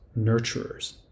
nurturers